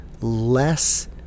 less